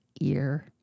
ear